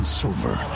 silver